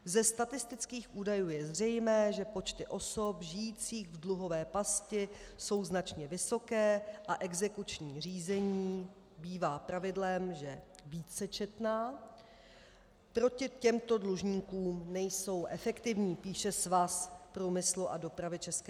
Ze statistických údajů je zřejmé, že počty osob žijících v dluhové pasti jsou značně vysoké a exekuční řízení bývá pravidlem, že vícečetná proti těmto dlužníkům nejsou efektivní, píše Svaz průmyslu a dopravy ČR.